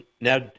now